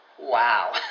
Wow